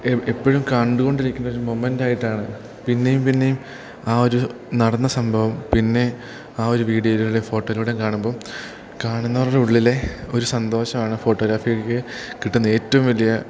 എപ്പോഴും കണ്ടു കൊണ്ടിരിക്കുന്ന ഒരു മൊമെൻ്റായിട്ടാണ് പിന്നെയും പിന്നെയും ആ ഒരു നടന്ന സംഭവം പിന്നെ ആ ഒരു വീഡിയോയിലൂടെ ഫോട്ടോയിലൂടെ കാണുമ്പം കാണുന്നവരുടെ ഉള്ളിലെ ഒരു സന്തോഷമാണ് ഫോട്ടോഗ്രാഫിക്ക് കിട്ടുന്ന ഏറ്റവും വലിയ